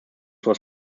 was